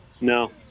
No